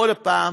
הפעם